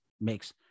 makes